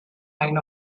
line